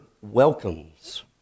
welcomes